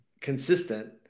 consistent